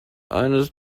eines